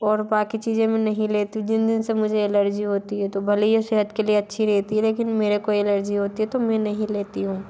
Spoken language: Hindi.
और बाक़ी चीज़ें मैं नहीं लेती हूँ जिन जिन से मुझे एलर्जी होती है तो भले ही वो सेहत के लिए अच्छी रहती है लेकिन मेरे को एलर्जी होती है तो मैं नहीं लेती हूँ